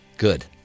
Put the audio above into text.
Good